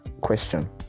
Question